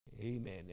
Amen